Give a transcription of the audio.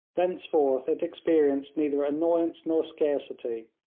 thenceforth it experienced neither annoyance nor scarcity.